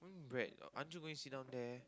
what do you mean bread aren't you going sit down there